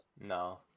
No